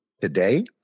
Today